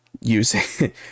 using